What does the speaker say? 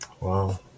Wow